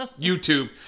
YouTube